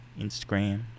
instagram